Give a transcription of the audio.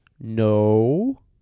no